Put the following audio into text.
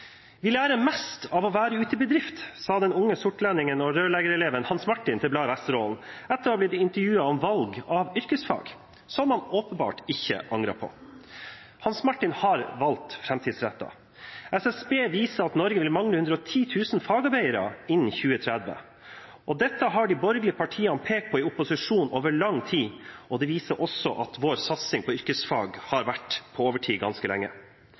mest av å være ut i bedrift» sa den unge sortlendingen og rørleggereleven Hans Martin til Bladet Vesterålen etter å ha blitt intervjuet om valg av yrkesfag, som han åpenbart ikke angret på. Hans Martin har valgt framtidsrettet. SSB viser at Norge vil mangle 110 000 fagarbeidere innen 2030. Dette har de borgerlige partiene pekt på i opposisjon over lang tid, og det viser også at vår satsing på yrkesfag har vært på overtid ganske lenge.